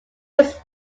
was